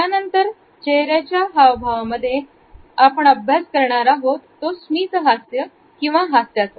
यानंतरचे चेहऱ्याच्या हावभाव मध्ये आपण अभ्यास करणार आहोत स्मितहास्य किंवा हास्याचा